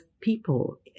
people